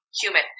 human